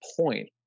point